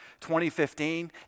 2015